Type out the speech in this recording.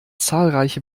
zahlreiche